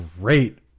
great